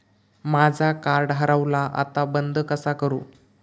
माझा कार्ड हरवला आता बंद कसा करू?